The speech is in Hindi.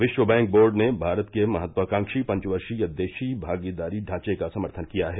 विश्व बैंक बोर्ड ने भारत के महत्वाकांक्षी पंचवर्षीय देशी भागीदारी ढांचे का समर्थन किया है